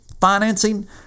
financing